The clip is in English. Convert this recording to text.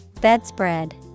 Bedspread